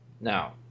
Now